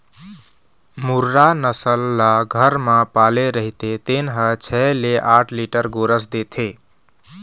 मुर्रा नसल ल घर म पाले रहिथे तेन ह छै ले आठ लीटर गोरस देथे